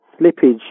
slippage